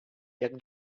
jak